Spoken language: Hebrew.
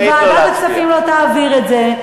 שוועדת הכספים לא תעביר את זה,